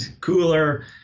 cooler